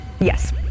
Yes